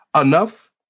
enough